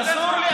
אסור לי?